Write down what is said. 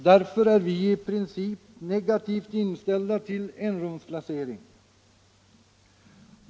Därför är vi i princip negativt inställda till enrumsplacering.